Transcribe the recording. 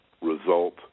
result